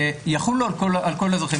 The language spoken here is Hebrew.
יחולו על כל האזרחים,